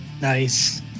Nice